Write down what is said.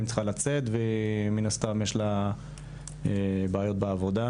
צריכה לצאת ומן הסתם יש בעיות בעבודה,